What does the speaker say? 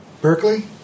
berkeley